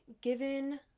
given